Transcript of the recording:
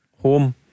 home